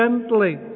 gently